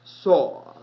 saw